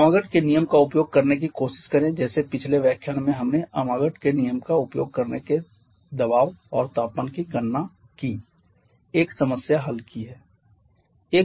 Amagat Amagat's के नियम का उपयोग करने की कोशिश करें जैसे पिछले व्याख्यान में हमने अमागत Amagat's के नियम का उपयोग करके दबाव और तापमान की गणना की 1 समस्या हल की है